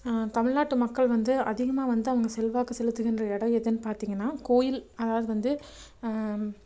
தமிழ்நாட்டு மக்கள் வந்து அதிகமாக வந்து அவங்க செல்வாக்கு செலுத்துகின்ற இடம் எதுன்னு பார்த்திங்கன்னா கோயில் அதாவது வந்து